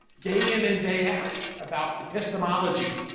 day in and day out about epistemology.